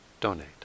donate